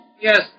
Yes